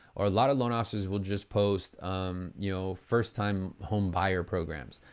or a lot of loan officers will just post you know first-time homebuyer programs,